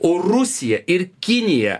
o rusija ir kinija